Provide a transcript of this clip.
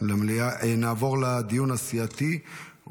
נעבור לדיון הסיעתי,